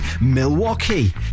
Milwaukee